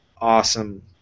awesome